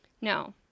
No